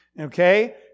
Okay